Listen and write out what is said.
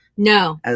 No